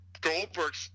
Goldberg